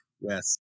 Yes